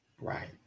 Right